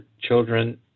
children